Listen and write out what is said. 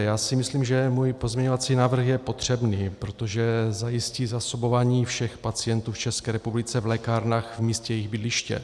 Já si myslím, že můj pozměňovací návrh je potřebný, protože zajistí zásobování všech pacientů v České republice v lékárnách v místě jejich bydliště.